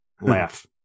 laugh